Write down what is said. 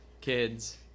kids